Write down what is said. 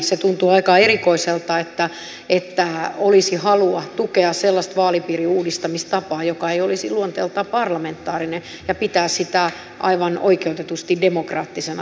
se tuntuu aika erikoiselta että olisi halua tukea sellaista vaalipiirin uudistamistapaa joka ei olisi luonteeltaan parlamentaarinen ja pitää sitä aivan oikeutetusti demokraattisena toimintatapana